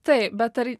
taip bet ar